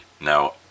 Now